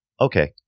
okay